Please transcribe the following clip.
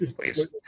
Please